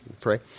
Pray